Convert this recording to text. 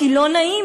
כי לא נעים,